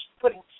putting